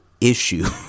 issue